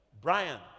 Brian